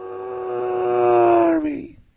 Army